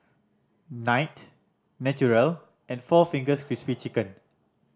Night Naturel and four Fingers Crispy Chicken